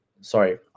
sorry